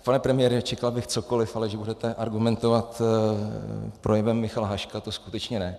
Pane premiére, čekal bych cokoliv, ale že budete argumentovat projevem Michala Haška, to skutečně ne.